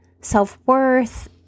self-worth